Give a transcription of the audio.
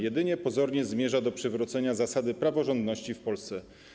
Jedynie pozornie zmierza do przywrócenia zasady praworządności w Polsce.